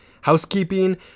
Housekeeping